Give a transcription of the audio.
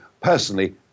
personally